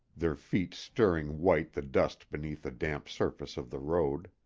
their feet stirring white the dust beneath the damp surface of the road.